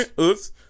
Oops